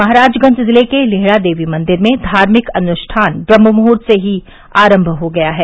महराजगंज जिले के लेहड़ा देवी मंदिर में धार्मिक अनुष्ठान ब्रम्डमुहूर्त से ही आरम्म हो गया है